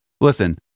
Listen